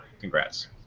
congrats